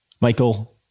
Michael